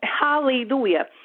hallelujah